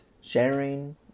sharing